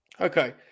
okay